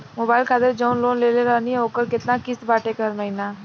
Mobile खातिर जाऊन loan लेले रहनी ह ओकर केतना किश्त बाटे हर महिना?